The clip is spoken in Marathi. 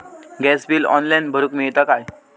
गॅस बिल ऑनलाइन भरुक मिळता काय?